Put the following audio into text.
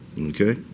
okay